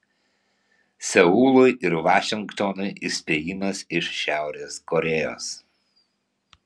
seului ir vašingtonui įspėjimas iš šiaurės korėjos